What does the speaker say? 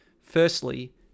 Firstly